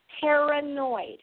paranoid